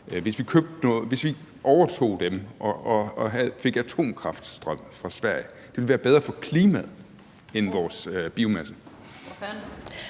Hvis vi overtog dem og fik atomkraftstrøm fra Sverige, ville det være bedre for klimaet end at bruge vores biomasse.